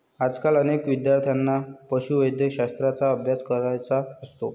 आजकाल अनेक विद्यार्थ्यांना पशुवैद्यकशास्त्राचा अभ्यास करायचा असतो